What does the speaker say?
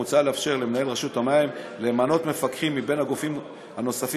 מוצע לאפשר למנהל רשות המים למנות מפקחים מבין הגופים הנוספים,